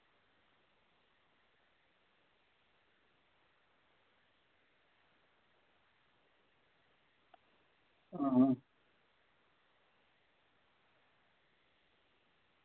हां